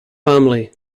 family